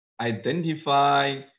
identify